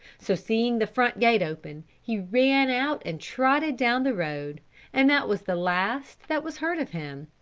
so seeing the front gate open, he ran out and trotted down the road and that was the last that was heard of him.